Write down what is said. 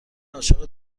عاشق